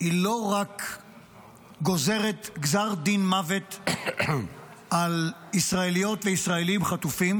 לא רק גוזרת גזר דין מוות על ישראליות וישראלים חטופים,